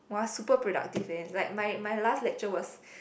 !wah! super productive eh like my my last lecture was